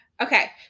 Okay